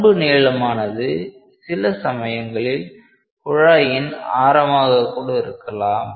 பண்பு நீளமானது சில சமயங்களில் குழாயின் ஆரமாக கூட இருக்கலாம்